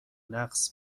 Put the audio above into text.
نقص